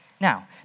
Now